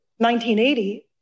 1980